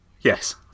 Yes